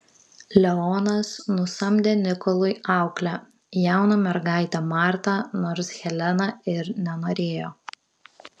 leonas nusamdė nikolui auklę jauną mergaitę martą nors helena ir nenorėjo